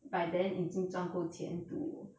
by then 已经赚够钱 to